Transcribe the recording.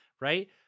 Right